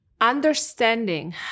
understanding